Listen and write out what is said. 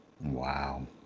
Wow